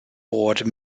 board